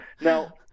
Now